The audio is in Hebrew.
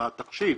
התחשיב